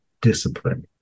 discipline